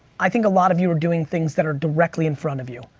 i think a lot of you are doing things that are directly in front of you.